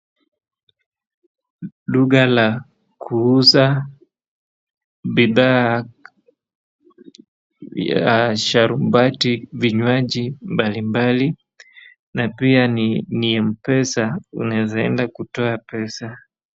Duka la kuuza bidhaa ya sharubati vinywaji mbali mbali na pia ni mpesa unaweza enda kutoa pesa.